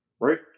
Right